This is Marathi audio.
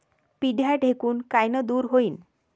पिढ्या ढेकूण कायनं दूर होईन?